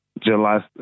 July